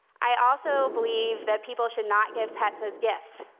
i also believe that people should not give pets as gifts,